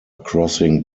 crossing